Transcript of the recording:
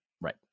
right